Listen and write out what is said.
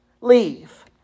Leave